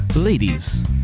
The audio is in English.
Ladies